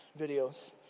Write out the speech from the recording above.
videos